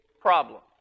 problem